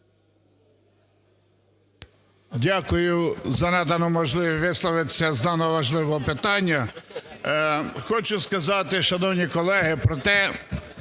Дякую за надану можливість висловитися з даного важливого питання. Хочу сказати, шановні колеги, про те,